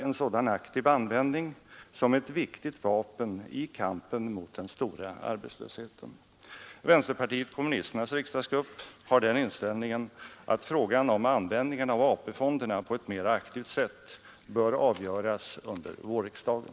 En sådan aktiv användning betraktar vi som ett viktigt vapen i kampen mot den stora arbetslösheten. Vänsterpartiet kommunisternas riksdagsgrupp har den inställningen att frågan om användningen av AP-fonderna på ett mera aktivt sätt bör avgöras under vårriksdagen.